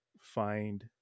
find